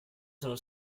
sono